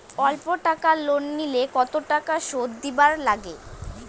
অল্প টাকা লোন নিলে কতো টাকা শুধ দিবার লাগে?